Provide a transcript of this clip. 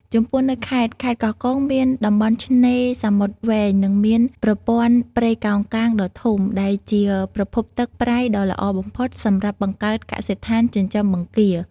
ចំពោះនៅខេត្តខេត្តកោះកុង មានតំបន់ឆ្នេរសមុទ្រវែង និងមានប្រព័ន្ធព្រៃកោងកាងដ៏ធំ ដែលជាប្រភពទឹកប្រៃដ៏ល្អបំផុតសម្រាប់បង្កើតកសិដ្ឋានចិញ្ចឹមបង្គា។